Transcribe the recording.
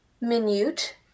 minute